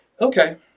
Okay